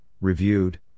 reviewed